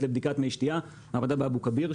לבדיקת מי שתייה מעבדה של משרד הבריאות באבו כביר.